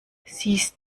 siehst